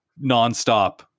nonstop